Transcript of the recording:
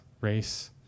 race